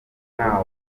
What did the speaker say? nta